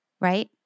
Right